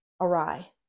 awry